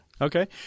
Okay